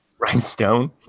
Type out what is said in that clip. Rhinestone